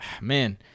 man